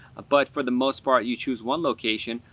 but for the most part you choose one location.